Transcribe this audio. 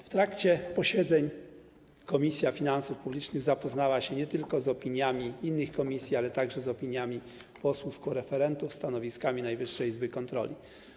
W trakcie posiedzeń Komisja Finansów Publicznych zapoznała się nie tylko z opiniami innych komisji, ale także z opiniami posłów koreferentów, stanowiskami Najwyższej Izby Kontroli.